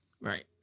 Right